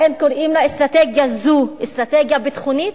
האם קוראים לאסטרטגיה זו "אסטרטגיה ביטחונית"?